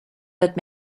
that